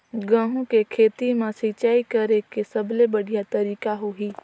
गंहू के खेती मां सिंचाई करेके सबले बढ़िया तरीका होही?